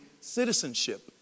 citizenship